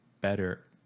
better